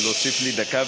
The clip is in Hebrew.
להוסיף לי דקה,